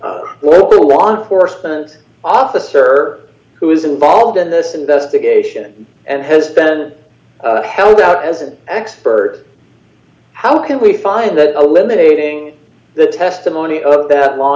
the law enforcement officer who is involved in this investigation and has been held out as an expert how can we find that eliminating the testimony of that law